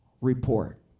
report